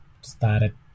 started